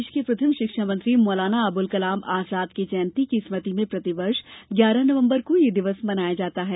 देश के प्रथम शिक्षा मंत्री मौलाना अबुल कलाम आजाद की जयंती की स्मृति में प्रतिवर्ष ग्यारह नवम्बर को यह दिवस मनाया जाता है